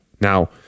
Now